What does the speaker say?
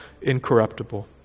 incorruptible